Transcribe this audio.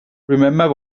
remember